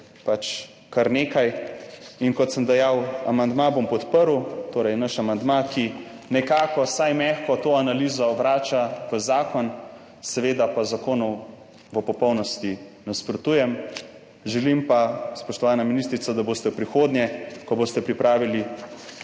je kar nekaj. Kot sem dejal, amandma bom podprl, torej naš amandma, ki nekako vsaj mehko to analizo vrača v zakon, seveda pa zakonu v popolnosti nasprotujem. Želim pa, spoštovana ministrica, da boste v prihodnje, ko boste pripravili